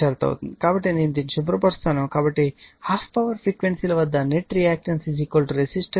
కాబట్టి నేను దానిని శుభ్ర పరుస్తాను కాబట్టి 12 పవర్ ఫ్రీక్వెన్సీ ల వద్ద నెట్ రియాక్టన్స్ రెసిస్టర్ అవుతుంది